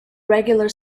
regular